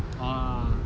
ah